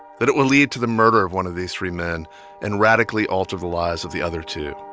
that it will lead to the murder of one of these three men and radically alter the lives of the other two,